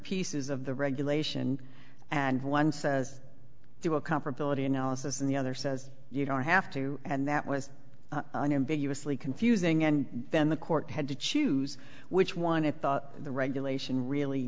pieces of the regulation and one says do a comparability analysis and the other says you don't have to and that was an ambiguous lee confusing and then the court had to choose which one it thought the regulation really